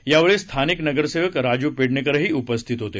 यावेळी स्थानिक नगरसेवक राजू पेडणेकरही उपस्थित होते